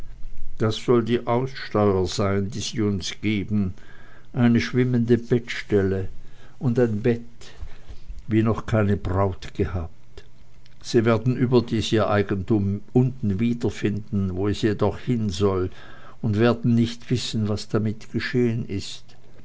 das soll die aussteuer sein die sie uns geben eine schwimmende bettstelle und ein bett wie noch keine braut gehabt sie werden überdies ihr eigentum unten wiederfinden wo es ja doch hin soll und werden nicht wissen was damit geschehen ist